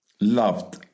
Loved